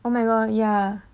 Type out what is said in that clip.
oh my god yah